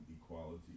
equality